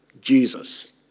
Jesus